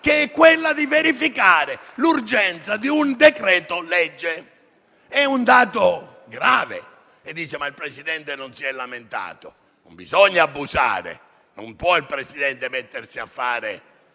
che è quella di verificare l'urgenza di un decreto-legge. È un dato grave. Si dice: ma il Presidente non si è lamentato. Ma non bisogna abusare. Non può il Presidente mettersi a fare